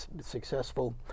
successful